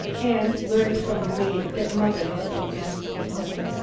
and learned from the maid that mother had been asking for me.